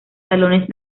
salones